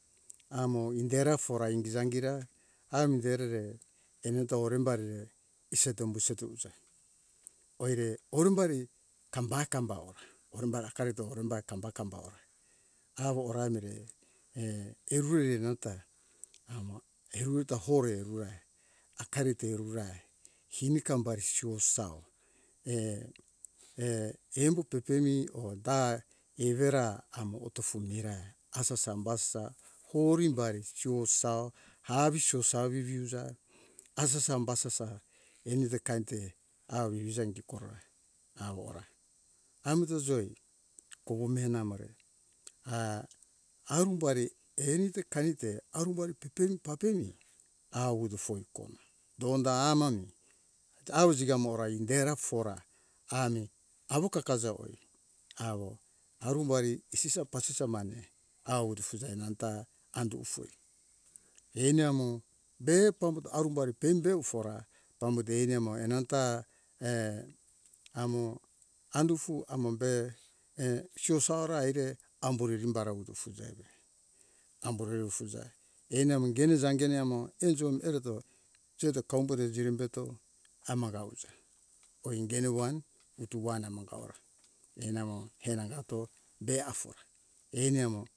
Amo indera fora ingi jangira ami derere enanto orembari iseto buseto usa oire orumbari kambai kambai kambo ora orim bara akari to orumbari kambai kambo ora awo ramore err iruri nanta hamo eruruta hore ruai akari terura sini kambari siu sau err err embo pepemi ota irera amo otou mirae asasao basa horimbari susau susau vivi uja asasa basasa eni te kan te avivija ingi kora awora amta joi kowome namore ah arumbari eni te kan te arumbari pepemi papemi awutu foi kona donda amami dau jiga morai indera for a ami awo kakajawo awo arumbari pasisa pasisa mane awutu fuza nanta andu foi eni amo be pambuto arumbari pembe ufora pambo deire mo enanta err amo andufu amo be err siusora eire amburi rimbara utu fuza evure amborere ufuza ani amo gine zangene amo enjo mi ereto sejo kamburi beto hamaga uja oingene wan utu wan amag ora enamo angato be afora eni amo